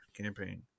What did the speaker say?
campaign